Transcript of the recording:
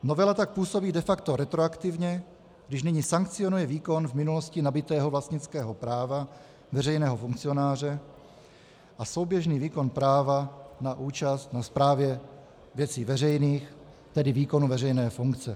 Novela tak působí de facto retroaktivně, když nyní sankcionuje výkon v minulosti nabytého vlastnického práva veřejného funkcionáře a souběžný výkon práva na účast na správě věcí veřejných, tedy výkonu veřejné funkce.